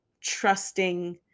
trusting